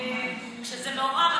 כשזה מעורב,